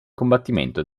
combattimento